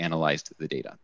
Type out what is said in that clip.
analyzed the data